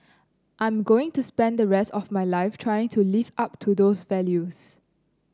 I'm going to spend the rest of my life trying to live up to those values